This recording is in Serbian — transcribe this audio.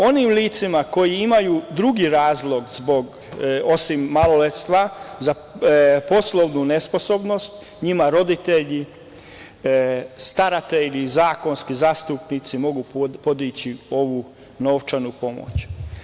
Onim licima koja imaju drugi razlog osim maloletstva, za poslovnu nesposobnost, njima roditelji, staratelji, zakonski zastupnici mogu podići ovu novčanu pomoć.